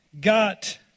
got